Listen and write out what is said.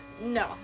No